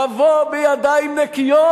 תבוא בידיים נקיות,